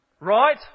Right